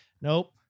nope